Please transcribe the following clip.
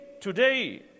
today